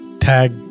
Tag